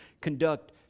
conduct